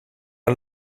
een